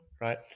right